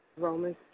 Romans